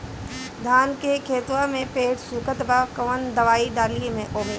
धान के खेतवा मे पेड़ सुखत बा कवन दवाई डाली ओमे?